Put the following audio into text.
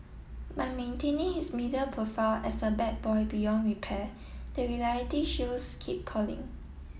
by maintaining his media profile as a bad boy beyond repair the reality shows keep calling